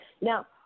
Now